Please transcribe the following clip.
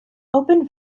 open